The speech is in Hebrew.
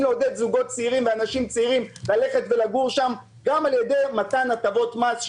לעודד זוגות צעירים ואנשים צעירים לגור שם גם על ידי מתן הטבות מס,